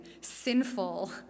sinful